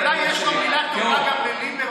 אולי יש לו מילה טובה גם לליברמן.